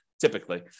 typically